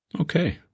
Okay